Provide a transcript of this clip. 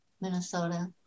Minnesota